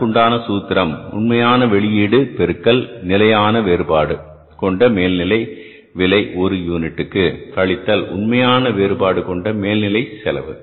அதற்கு உண்டான சூத்திரம் உண்மையான வெளியீடு பெருக்கல் நிலையான வேறுபாடு கொண்ட மேல்நிலை விலை ஒரு யூனிட்டுக்கு கழித்தல் உண்மையான வேறுபாடு கொண்ட மேல் நிலை செலவு